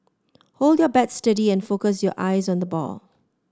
hold your bat steady and focus your eyes on the ball